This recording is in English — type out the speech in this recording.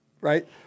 right